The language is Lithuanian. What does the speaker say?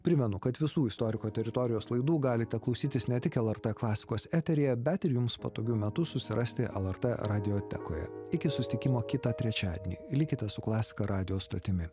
primenu kad visų istoriko teritorijos laidų galite klausytis ne tik el er t klasikos eteryje bet ir jums patogiu metu susirasti el er t radiotekoje iki susitikimo kitą trečiadienį likite su klasika radijo stotimi